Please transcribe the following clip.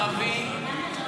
ערבי,